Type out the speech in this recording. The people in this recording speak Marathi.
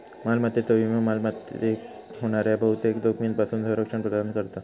मालमत्तेचो विमो मालमत्तेक होणाऱ्या बहुतेक जोखमींपासून संरक्षण प्रदान करता